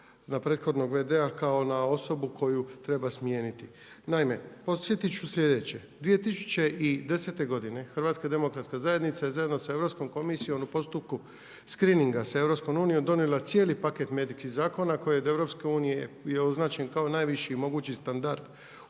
na prethodnog v.d. kao na osobu koju treba smijeniti. Naime, podsjetiti ću sljedeće. 2010. godine HDZ je zajedno sa Europskom komisijom u postupku screeninga sa EU donijela cijeli paket …/Govornik se ne razumije./… zakona koje je od EU označen kao najviši mogući standard